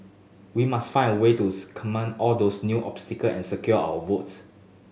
we must find a way to circumvent all those new obstacle and secure our votes